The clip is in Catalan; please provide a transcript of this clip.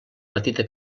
petita